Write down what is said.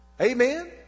Amen